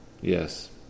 Yes